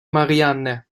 marianne